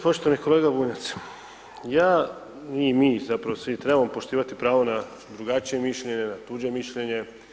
Poštovani kolega Bunjac, ja i mi zapravo svi trebamo poštivati pravo na drugačije mišljenje, na tuđe mišljenje.